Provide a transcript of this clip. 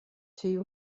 two